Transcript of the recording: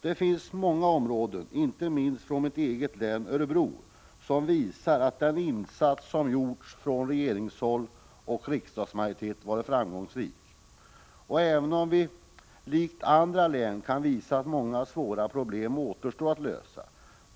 Det finns många områden, inte minst i mitt eget län Örebro, som visar att den insats som gjorts från regeringshåll och riksdagsmajoritet varit framgångsrik, även om vi likt andra län kan visa att många svåra problem återstår att lösa.